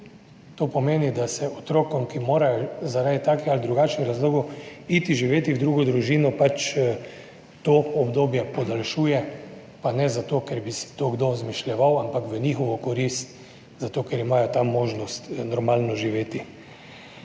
To pomeni, da se otrokom, ki morajo zaradi takih ali drugačnih razlogov iti živet v drugo družino, pač to obdobje podaljšuje. Pa ne zato ker bi si to kdo izmišljeval, ampak v njihovo korist, zato ker imajo tam možnost normalno živeti.